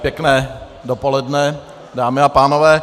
Pěkné dopoledne, dámy a pánové.